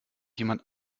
jemand